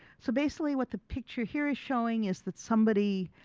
so basically, what the picture here is showing is that somebody